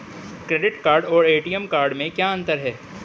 Credit card और ATM card में क्या अंतर है?